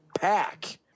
pack